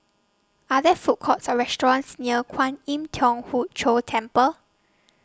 Are There Food Courts Or restaurants near Kwan Im Thong Hood Cho Temple